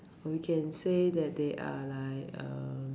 or we can say that they are like err